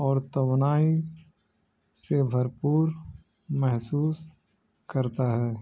اور تونائی سے بھرپور محسوس کرتا ہے